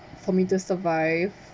for me to survive